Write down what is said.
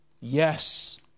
Yes